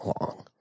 long